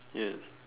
yes